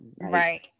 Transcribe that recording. Right